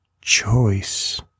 choice